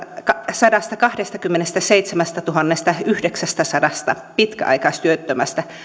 sadastakahdestakymmenestäseitsemästätuhannestayhdeksästäsadasta pitkäaikaistyöttömästä